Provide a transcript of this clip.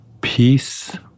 Peace